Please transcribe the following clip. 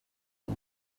him